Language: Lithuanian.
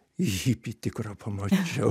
hipį tikrą pamačiau